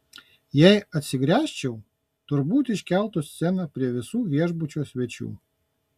jei atsigręžčiau turbūt iškeltų sceną prie visų viešbučio svečių